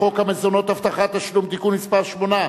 חוק המזונות (הבטחת תשלום) (תיקון מס' 8),